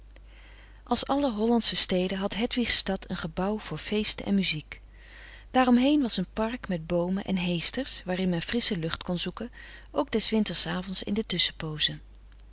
als alle hollandsche steden had hedwig's stad een gebouw voor feesten en muziek daar omheen was een park met boomen en heesters waarin men frissche lucht kon zoeken ook des winters avonds in de tusschenpoozen